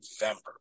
November